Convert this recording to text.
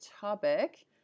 topic